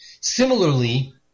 Similarly